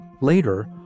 Later